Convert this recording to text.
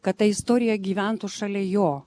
kad ta istorija gyventų šalia jo